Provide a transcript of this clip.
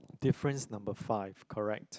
difference number five correct